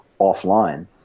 offline